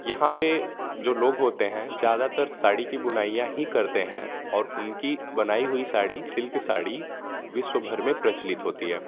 यहाँ पर जो लोग होते हैं ज़्यादातर साड़ी की बुनाइयाँ ही करते हैं और उनकी बनाई हुई साड़ी सिल्क साड़ी विश्वभर में प्रचलित होती है